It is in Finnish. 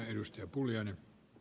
arvoisa puhemies